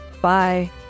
Bye